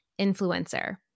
influencer